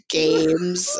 games